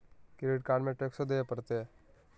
Credit card में टेक्सो देवे परते?